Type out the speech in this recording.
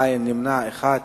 אין, נמנע אחד.